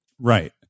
Right